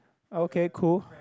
okay cool